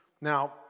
Now